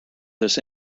this